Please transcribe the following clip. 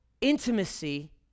intimacy